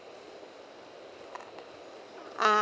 uh